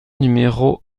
numéro